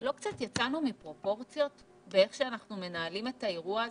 לא קצת יצאנו מפרופורציות באיך שאנחנו מנהלים את האירוע הזה?